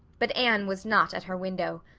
but anne was not at her window.